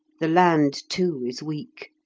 the land, too, is weak,